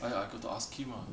I I I've got to ask him ah